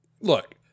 Look